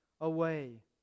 away